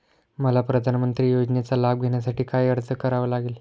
मला प्रधानमंत्री योजनेचा लाभ घेण्यासाठी काय अर्ज करावा लागेल?